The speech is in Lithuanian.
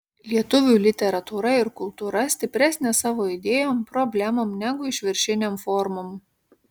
lietuvių literatūra ir kultūra stipresnė savo idėjom problemom negu išviršinėm formom